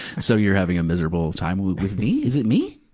so you're having a miserable time with me? is it me?